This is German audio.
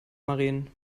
maren